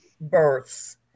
births